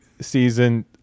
season